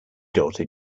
daughter